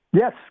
Yes